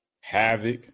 havoc